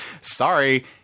Sorry